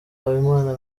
habimana